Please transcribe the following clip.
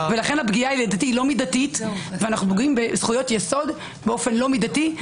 לכן לדעתי הפגיעה לא מידתית ואנו פוגעים בזכויות יסוד באופן לא מידתי.